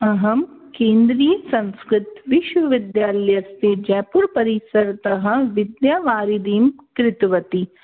अहं केन्द्रीयसंस्कृतविश्वविद्यालयस्य जैपुर् परिसरतः विद्यावारिधिं कृतवति